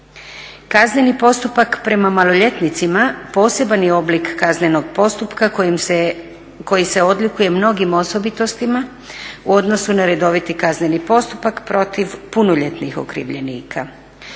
Kazneni postupak prema maloljetnicima poseban je oblik kaznenog postupka koji se odlikuje mnogim osobitostima u odnosu na redovit kazneni postupak protiv punoljetnih okrivljenika.